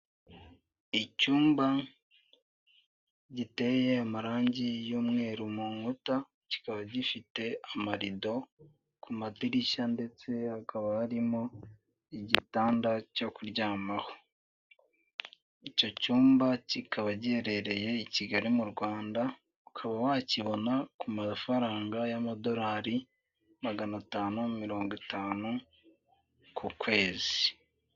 Icyumba giteye amarangi y'umweru mu nkuta, kikaba gifite amarido ku madirishya ndetse akaba harimo igitanda cyo kuryamaho. Icyo cyumba kikaba giherereye i Kigali mu Rwanda, ukaba wakibona ku mafaranga y'amadolari magana atanu mirongo itanu ku kwezi.